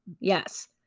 Yes